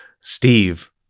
Steve